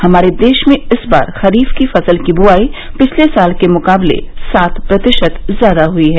हमारे देश में इस बार खरीफ की फसल की ब्आई पिछले साल के मुकाबले सात प्रतिशत ज्यादा हई है